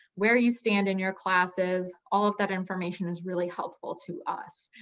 where you stand in your classes, all of that information is really helpful to us.